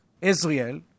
Israel